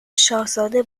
شاهزاده